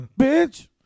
Bitch